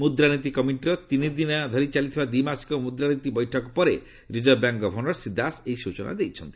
ମୁଦ୍ରାନୀତି କମିଟିର ତିନିଦିନ ଧରି ଚାଲିଥିବା ଦି'ମାସିକ ମୁଦ୍ରାନୀତି ବୈଠକ ପରେ reserve bank governor Shri Das ଏହି ସୂଚନା ଦେଇଛନ୍ତି